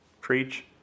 Preach